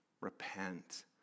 Repent